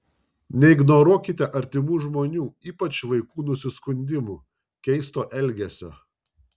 neignoruokite artimų žmonių ypač vaikų nusiskundimų keisto elgesio